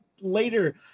later